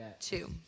Two